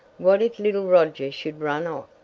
what if little roger should run off,